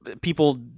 people